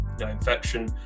Infection